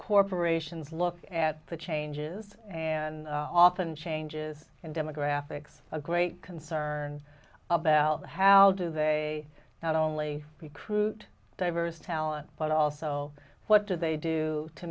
corporations look at the changes and often changes in demographics a great concern about how do they not only recruit diverse talent but also what do they do to